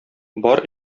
бар